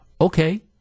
okay